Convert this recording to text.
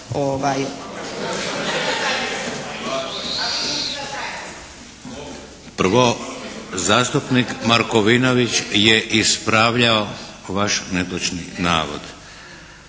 Prvo, zastupnik Markovinović je ispravljao vaš netočni navod.